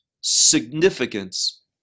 significance